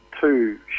two